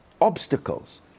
obstacles